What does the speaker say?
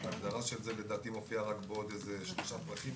ההגדרה של זה לדעתי מופיעה רק בעוד איזה שלושה פרקים,